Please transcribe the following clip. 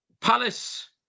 Palace